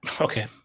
Okay